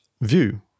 view